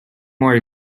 more